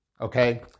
Okay